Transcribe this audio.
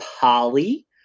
Polly